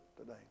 today